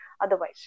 otherwise